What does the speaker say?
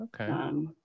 okay